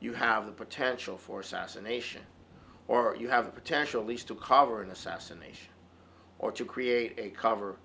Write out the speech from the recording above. you have the potential for sassa nation or you have a potential least to cover an assassination or to create a cover